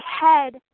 head